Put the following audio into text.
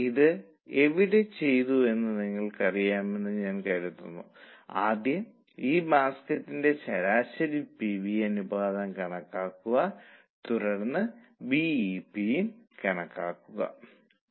അതിനാൽ നിങ്ങൾക്ക് ഒരു യൂണിറ്റ് 16